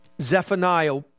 Zephaniah